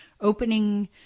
opening